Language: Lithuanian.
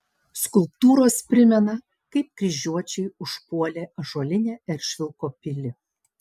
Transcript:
skulptūros primena kaip kryžiuočiai užpuolė ąžuolinę eržvilko pilį